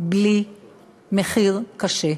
בלי מחיר קשה.